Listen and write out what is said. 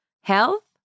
Health